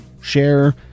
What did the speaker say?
share